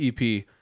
EP